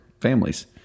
families